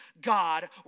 God